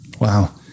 Wow